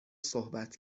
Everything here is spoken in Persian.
صحبت